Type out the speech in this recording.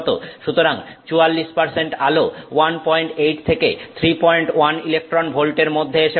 সুতরাং 44 আলো 18 থেকে 31 ইলেকট্রন ভোল্টের মধ্যে এসে পড়বে